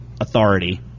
authority